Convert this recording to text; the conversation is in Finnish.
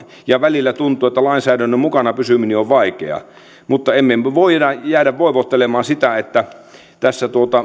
ja välillä tuntuu että lainsäädännön mukana pysyminen on vaikeaa mutta emme me voi jäädä voivottelemaan sitä että tässä